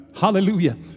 Hallelujah